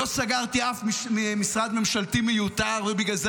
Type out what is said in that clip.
לא סגרתי אף משרד ממשלתי מיותר ובגלל זה